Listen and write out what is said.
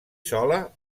sola